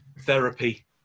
therapy